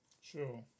Sure